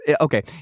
Okay